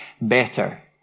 better